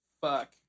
Fuck